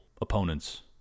opponents